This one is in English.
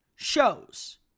shows